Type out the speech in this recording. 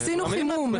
עשינו חימום,